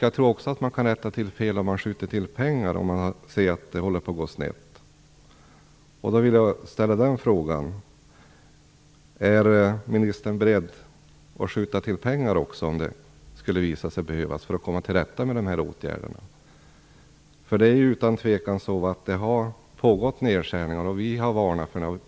Jag tror också att man kan rätta till fel om man skjuter till pengar när man ser att det håller på att gå snett. Därför vill jag ställa frågan: Är ministern beredd att skjuta till pengar, om det skulle visa sig behövas för att komma till rätta med de här bristerna? Det har utan tvivel pågått nedskärningar. Vi har varnat för dem.